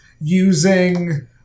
using